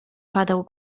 padał